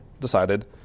decided